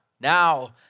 now